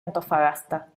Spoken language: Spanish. antofagasta